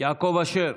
יעקב אשר,